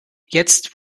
jetzt